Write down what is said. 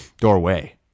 Doorway